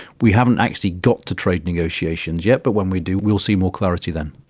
we haven't actually got to trade negotiations yet but when we do will see more clarity then.